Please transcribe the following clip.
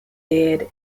dead